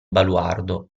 baluardo